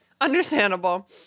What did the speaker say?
Understandable